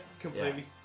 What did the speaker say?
completely